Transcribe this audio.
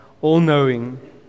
all-knowing